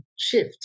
shift